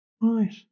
Right